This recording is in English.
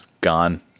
gone